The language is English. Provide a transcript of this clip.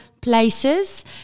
places